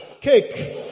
Cake